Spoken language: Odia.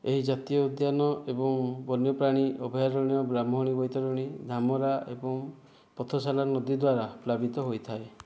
ଏହି ଜାତୀୟ ଉଦ୍ୟାନ ଏବଂ ବନ୍ୟପ୍ରାଣୀ ଅଭୟାରଣ୍ୟ ବ୍ରାହ୍ମଣୀ ବୈତରଣୀ ଧାମରା ଏବଂ ପଥସାଲା ନଦୀ ଦ୍ୱାରା ପ୍ଲାବିତ ହୋଇଥାଏ